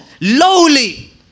lowly